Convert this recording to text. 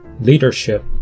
leadership